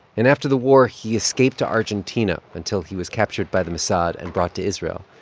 and after the war, he escaped to argentina until he was captured by the mossad and brought to israel.